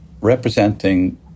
representing